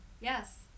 Yes